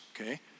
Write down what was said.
okay